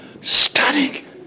Stunning